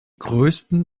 größten